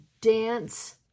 dance